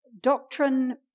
doctrine